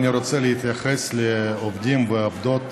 אני רוצה להתייחס לעובדים והעובדות